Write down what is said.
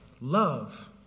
Love